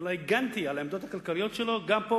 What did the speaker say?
אלא הגנתי על העמדות הכלכליות שלו גם פה,